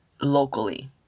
locally